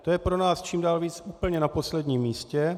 To je pro nás čím dál víc úplně na posledním místě.